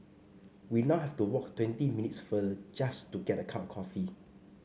we now have to walk twenty minutes further just to get a cup of coffee